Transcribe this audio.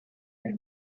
can